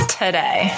today